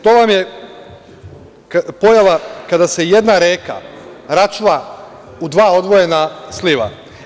To vam je pojava kada se jedna reka račva u dva odvojena sliva.